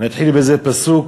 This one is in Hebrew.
נתחיל בפסוק: